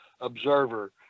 observer